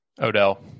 Odell